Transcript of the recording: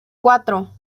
cuatro